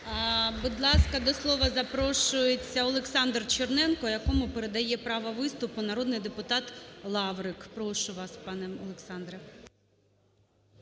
Будь ласка, до слова запрошується Олександр Черненко, якому передає право виступу народний депутат Лаврик. Прошу вас, пане Олександре.